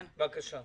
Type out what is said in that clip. כן, בבקשה.